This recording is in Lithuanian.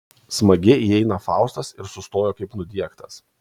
smagiai įeina faustas ir sustoja kaip nudiegtas